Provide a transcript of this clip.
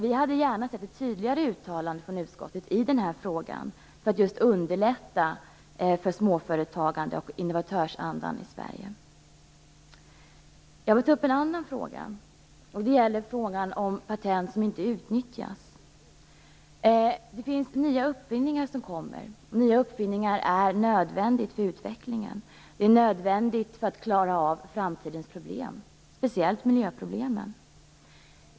Vi hade gärna sett ett tydligare uttalande från utskottet i den här frågan, för att just underlätta för småföretagandet och innovatörsandan i Sverige. Jag vill ta upp en annan fråga, och det gäller patent som inte utnyttjas. Det kommer nya uppfinningar, och det är nödvändigt för utvecklingen och för att vi skall klara framtidens problem, speciellt miljöproblemen.